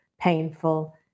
painful